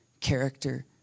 character